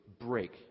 break